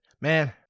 man